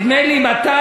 נדמה לי 200,